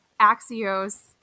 Axios